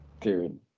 dude